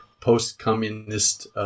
post-communist